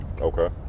Okay